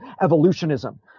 evolutionism